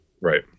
right